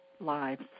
lives